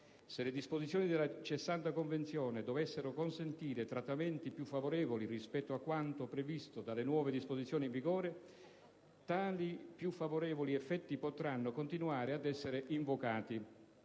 se le disposizioni della cessanda Convenzione dovessero consentire trattamenti più favorevoli rispetto a quanto previsto dalle nuove disposizioni in vigore, tali più favorevoli effetti potranno continuare ad essere invocati,